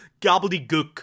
gobbledygook